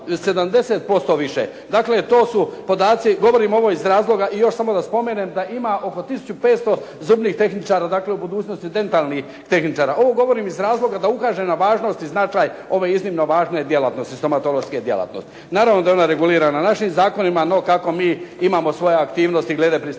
70% više to su podaci, govorim ovo iz razloga i još samo da spomenem da ima oko 1500 zubnih tehničara u budućnosti dentalnih tehničara. Ovo govorim iz razloga da ukažem na važnost i značaj ove iznimno važne djelatnosti, stomatološke djelatnosti. Naravno da je ona regulirana našim zakonima, no kako mi imamo svoje aktivnosti glede pristupanja